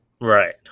Right